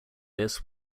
this